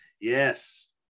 yes